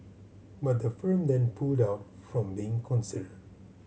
but the firm then pulled out from being considered